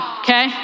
okay